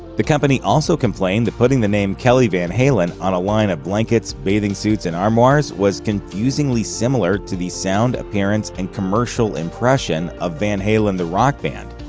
the company also complained that putting the name kelly van halen on a line of blankets, bathing suits, and armoires was confusingly similar to the sound, appearance, and commercial impression of van halen the rock band.